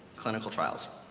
clinical trials.